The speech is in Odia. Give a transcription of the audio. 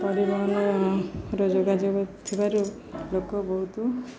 ପରିବହନର ଯୋଗାଯୋଗ ଥିବାରୁ ଲୋକ ବହୁତ